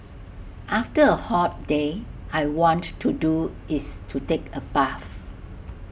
after A hot day I want to do is to take A bath